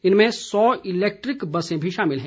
इनमें सौ इलैक्ट्रिक बसें भी शामिल हैं